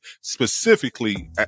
specifically